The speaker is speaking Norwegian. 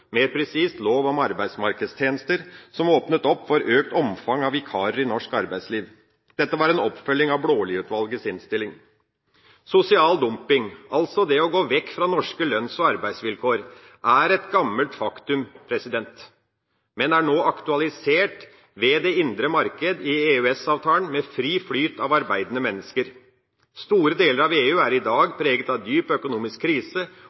mer presist: lov om arbeidsmarkedstjenester – som åpnet opp for økt omfang av vikarer i norsk arbeidsliv. Dette var en oppfølging av Blaalidutvalgets innstilling. Sosial dumping, altså det å gå vekk fra norske lønns- og arbeidsvilkår, er et gammelt faktum, men er nå aktualisert ved det indre marked i EØS-avtalen, med fri flyt av arbeidende mennesker. Store deler av EU er i dag preget av dyp økonomisk krise